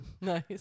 Nice